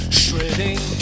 shredding